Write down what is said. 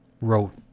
wrote